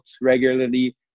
regularly